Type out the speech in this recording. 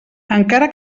encara